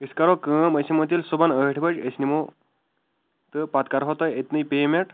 أسۍ کَرو کٲم أسۍ یَِمو تیٚلہِ صُبحن ٲٹھِ بج أسۍ نِمو تہٕ پتہٕ کرہو تُہۍ أتنی پیمٮ۪نٹ